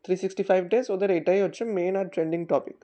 three sixty five days ওদের এটাই হচ্ছে মেইন আর ট্রেন্ডিং টপিক